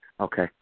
Okay